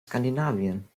skandinavien